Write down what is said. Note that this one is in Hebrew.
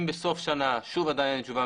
אם בסוף השנה שוב אין תשובה,